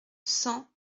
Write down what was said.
cent